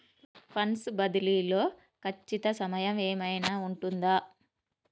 Funds బదిలీ లో ఖచ్చిత సమయం ఏమైనా ఉంటుందా?